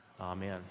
Amen